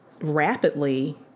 rapidly